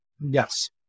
Yes